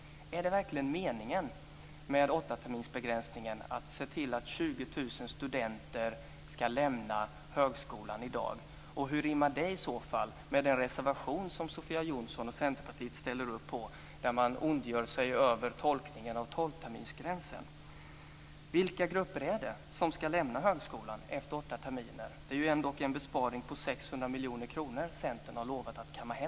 Är det verkligen meningen med åttaterminsbegränsningen, att se till att 20 000 studenter lämnar högskolan i dag? Hur rimmar det med den reservation som Sofia Jonsson och Centerpartiet ställer upp på, där man ondgör sig över tolkningen av tolvterminsgränsen? Vilka grupper är det som ska lämna högskolan efter åtta terminer? Det är ändå en besparing på 600 miljoner kronor Centern har lovat att kamma hem.